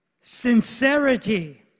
sincerity